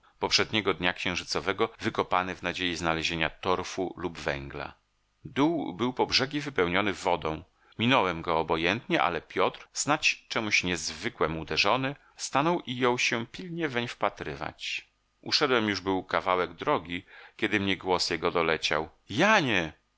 poprzedniego dnia księżycowego wykopany w nadziei znalezienia torfu lub węgla dół był po brzegi wypełniony wodą minąłem go obojętnie ale piotr snać czemś niezwykłem uderzony stanął i jął się pilnie weń wpatrywać uszedłem już był kawałek drogi kiedy mnie głos jego doleciał janie